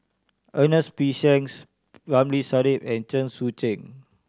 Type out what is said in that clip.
Ernest P Shanks Ramli Sarip and Chen Sucheng